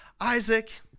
Isaac